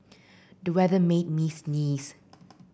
the weather made me sneeze